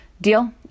Deal